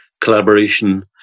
collaboration